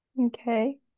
Okay